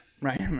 Right